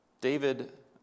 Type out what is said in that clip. David